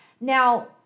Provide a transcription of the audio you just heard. now